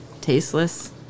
tasteless